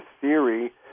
theory